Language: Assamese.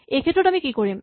এইক্ষেত্ৰত আমি কি কৰিম